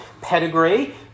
Pedigree